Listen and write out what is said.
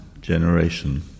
generation